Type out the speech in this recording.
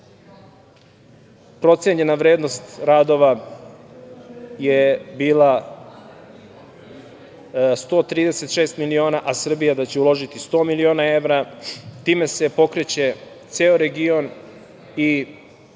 procenjena vrednost radova je bila 136.000.000, a Srbija da će uložiti 100.000.000 evra. Time se pokreće ceo region i